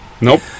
Nope